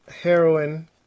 Heroin